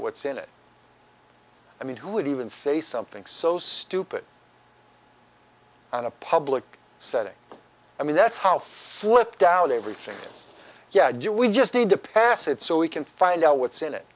what's in it i mean who would even say something so stupid on a public setting i mean that's how flipped out everything is yeah you we just need to pass it so we can find out what's in it